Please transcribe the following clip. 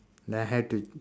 then I had to